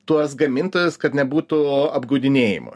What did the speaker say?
tuos gamintojus kad nebūtų apgaudinėjamų